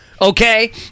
okay